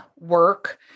work